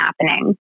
happening